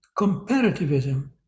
comparativism